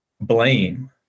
blame